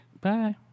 Bye